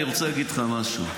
אני רוצה להגיד לך משהו,